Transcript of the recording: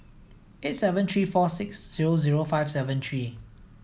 eight seven three four six zero zero five seven three